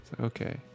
Okay